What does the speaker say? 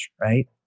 right